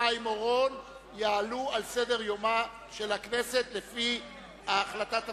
חיים אורון יעלו על סדר-יומה של הכנסת לפי ההחלטה.